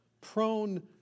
prone